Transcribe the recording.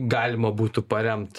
galima būtų paremt